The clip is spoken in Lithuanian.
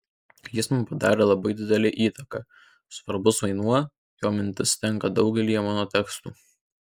jis man padarė labai didelę įtaką svarbus vaidmuo jo mintims tenka daugelyje mano tekstų